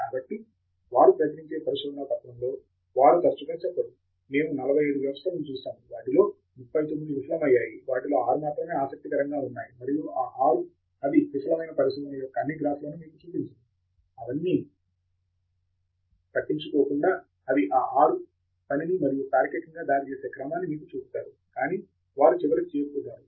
కాబట్టి వారు ప్రచురించే పరిశోధనా పత్రములో వారు తరచుగా చెప్పరు మేము 45 వ్యవస్థలను చూశాము వాటిలో 39 విఫలమయ్యాయి వాటిలో 6 మాత్రమే ఆసక్తికరంగా ఉన్నాయి మరియు ఆ 6 అవి విఫలమైన పరిశోధన యొక్క అన్ని గ్రాఫ్లను మీకు చూపించరు అవన్నీ అవి పట్టించుకోకుండా అవి ఆ 6 పనిని మరియు తార్కికంగా దారితీసే క్రమాన్ని మీకు చూపుతారు కానీ వారు చివరికి చేరుకున్నారు